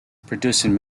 producing